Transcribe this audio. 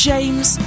James